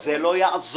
זה לא יעזור.